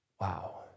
wow